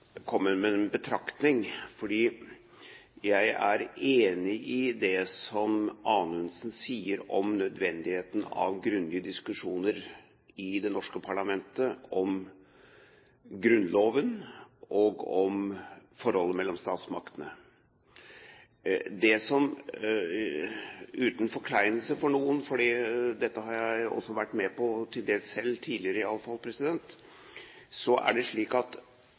med en betraktning. Jeg er enig i det som Anundsen sier om nødvendigheten av grundige diskusjoner i det norske parlamentet om Grunnloven og om forholdet mellom statsmaktene. Uten forkleinelse for noen – for dette har jeg tidligere til dels også vært med på selv – så er det